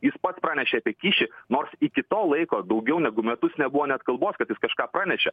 jis pats pranešė apie kyšį nors iki to laiko daugiau negu metus nebuvo net kalbos kad jis kažką pranešė